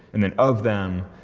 and then of them,